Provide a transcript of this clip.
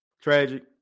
tragic